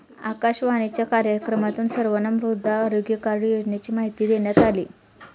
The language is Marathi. आकाशवाणीच्या कार्यक्रमातून सर्वांना मृदा आरोग्य कार्ड योजनेची माहिती देण्यात आली